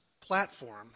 platform